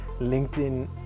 LinkedIn